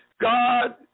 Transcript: God